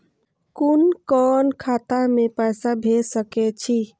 कुन कोण खाता में पैसा भेज सके छी?